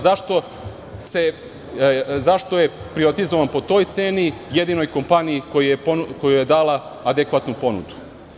Zašto je privatizovan po toj ceni jedinom kompaniji koja je dala adekvatnu ponudu.